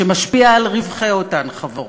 שמשפיע על רווחי אותן חברות,